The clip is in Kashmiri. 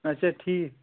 اچھا ٹھیٖک